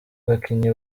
bakinnyi